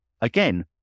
again